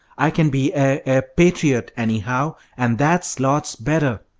i can be a a patriot, anyhow, and that's lots better.